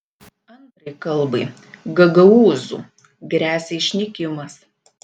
antrai kalbai gagaūzų gresia išnykimas